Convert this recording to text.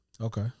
Okay